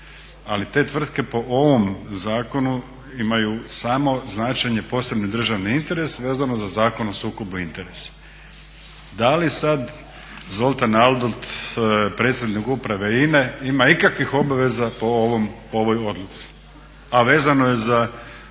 ali te tvrtke po ovom zakonu imaju samo značenje posebne državni interes vezano za Zakon o sukobu interesa. Da li sad Zoltan Aldott predsjednik uprave INA-e ima ikakvih obaveza po ovoj odluci, a vezano je za